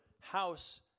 house